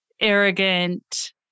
arrogant